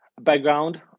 background